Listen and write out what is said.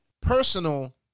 personal